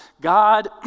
God